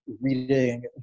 reading